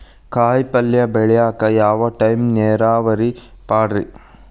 ಕಾಯಿಪಲ್ಯ ಬೆಳಿಯಾಕ ಯಾವ ಟೈಪ್ ನೇರಾವರಿ ಪಾಡ್ರೇ?